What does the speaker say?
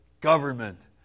government